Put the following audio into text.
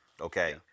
okay